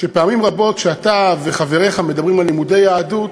שפעמים רבות כשאתה וחבריך מדברים על לימודי יהדות,